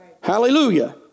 Hallelujah